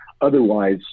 otherwise